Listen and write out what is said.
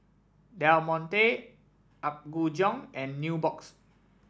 Del Monte Apgujeong and Nubox